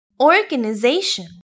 organization